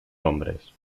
hombres